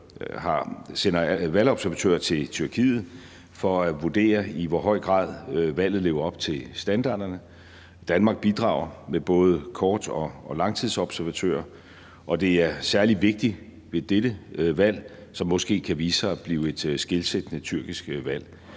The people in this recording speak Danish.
OSCE sender valgobservatører til Tyrkiet for at vurdere, i hvor høj grad valget lever op til standarderne. Danmark bidrager med både kort- og langtidsobservatører, og det er særlig vigtigt ved dette valg, som måske kan vise sig at blive et skelsættende valg